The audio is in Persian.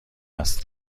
است